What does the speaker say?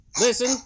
Listen